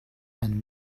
and